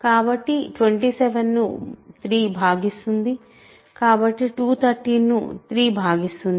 కాబట్టి 27 ను 3 భాగిస్తుంది కాబట్టి213 ను 3 భాగిస్తుంది